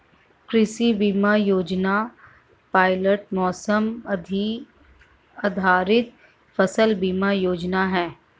कृषि बीमा योजना पायलट मौसम आधारित फसल बीमा योजना है